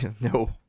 No